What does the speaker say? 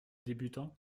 débutants